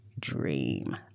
Dream